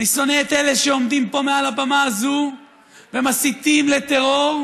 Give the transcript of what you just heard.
אני שונא את אלה שעומדים פה מעל הבמה הזאת ומסיתים לטרור,